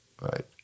right